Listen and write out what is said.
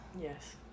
Yes